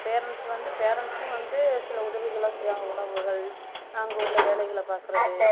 parents வந்து பேரண்ட்ஸும் வந்து சில உதவிகள்லாம் செய்வாங்க உணவுகள் அங்கே உள்ள வேலைகளை பார்க்குறது